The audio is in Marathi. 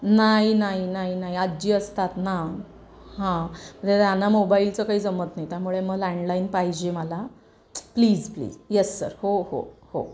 नाही नाही नाही नाही आजी असतात ना हां त्यांना मोबाईलचं काही जमत नाही त्यामुळे मग लँडलाईन पाहिजे मला प्लीज प्लीज येस सर हो हो हो